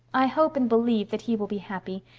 i hope and believe that he will be happy.